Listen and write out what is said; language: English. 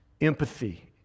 empathy